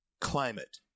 climate